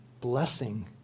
blessing